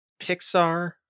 Pixar